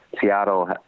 Seattle